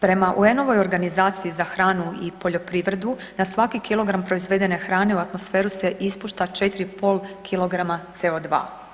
Prema UN-ovoj organizaciji za hranu i poljoprivredu na svaki kilogram proizvedene hrane u atmosferu se ispušta 4,5 kg CO2.